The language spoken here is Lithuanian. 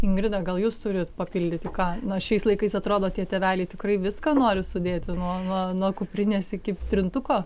ingrida gal jūs turit papildyti ką na šiais laikais atrodo tie tėveliai tikrai viską nori sudėti nuo nuo nuo kuprinės iki trintuko